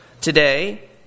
today